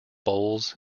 bowls